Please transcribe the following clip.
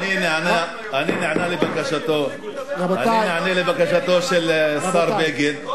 אני נענה לבקשתו של השר בגין.